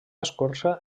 escorça